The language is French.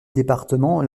département